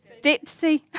Dipsy